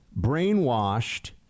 brainwashed